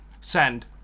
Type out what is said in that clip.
Send